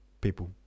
people